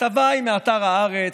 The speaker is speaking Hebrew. הכתבה היא מאתר הארץ,